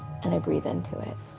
and i breathe into it.